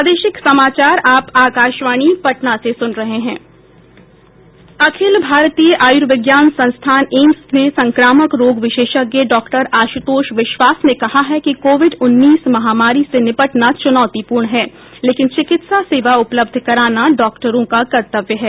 अखिल भारतीय आयुर्विज्ञान संस्थान एम्स में संक्रामक रोग विशेषज्ञ डॉक्टर आशुतोष विश्वास ने कहा है कि कोविड उन्नीस महामारी से निपटना चुनौतीपूर्ण है लेकिन चिकित्सा सेवा उपलब्ध कराना डॉक्टरों का कर्तव्य है